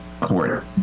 court